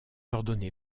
ordonné